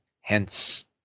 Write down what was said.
hence